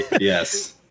Yes